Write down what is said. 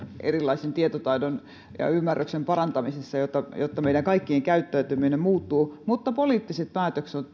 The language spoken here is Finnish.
erilaisen tietotaidon ja ymmärryksen parantamisessa jotta jotta meidän kaikkien käyttäytyminen muuttuu mutta poliittiset päätökset